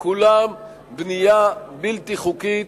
כולם בנייה בלתי חוקית